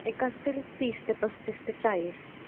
एक असतील तीस ते पस्तीस ते चाळीस